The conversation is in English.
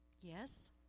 Yes